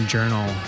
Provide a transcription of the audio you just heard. Journal